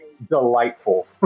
delightful